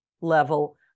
level